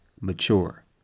mature